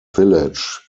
village